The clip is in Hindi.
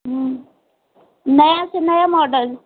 नया से नया मॉडल